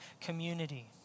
community